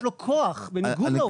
יש לו כוח, בניגוד לעובד.